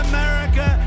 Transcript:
America